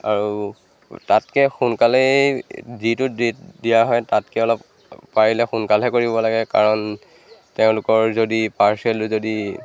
আৰু তাতকৈ সোনকালেই যিটো ডেট দিয়া হয় তাতকৈ অলপ পাৰিলে সোনকালহে কৰিব লাগে কাৰণ তেওঁলোকৰ যদি পাৰ্চেলটো যদি